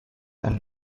ein